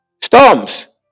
storms